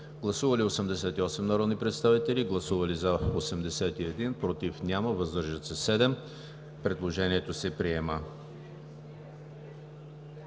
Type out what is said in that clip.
Гласували 88 народни представители: за 81, против няма, въздържали се 7. Предложението се приема.